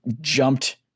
jumped